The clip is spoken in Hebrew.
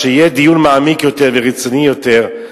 שיהיה דיון מעמיק יותר ורציני יותר.